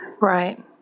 Right